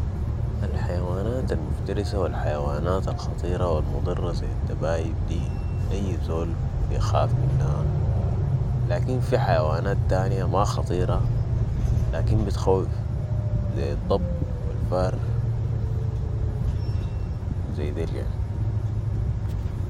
الحيوانات المفترسة و الحيوانات الخطيرة و المضررة ذي الدبايب ، دي اي زول بخاف منها لكن في حيوانات تانية ما خطيرة لكن بتخوف ذي الضب و الفار زي ديل يعني